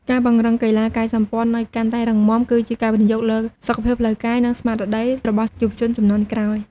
ការពង្រឹងកីឡាកាយសម្ព័ន្ធឱ្យកាន់តែរឹងមាំ គឺជាការវិនិយោគលើសុខភាពផ្លូវកាយ និងស្មារតីរបស់យុវជនជំនាន់ក្រោយ។